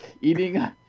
Eating